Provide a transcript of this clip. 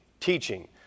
teaching